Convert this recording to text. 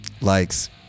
Likes